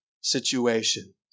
situation